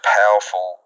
powerful